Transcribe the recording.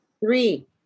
Three